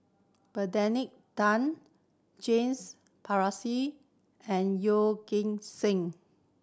Benedict Tan James Puthucheary and Yeoh Ghim Seng